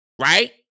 right